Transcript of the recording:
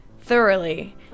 thoroughly